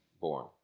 born